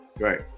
Right